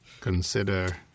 Consider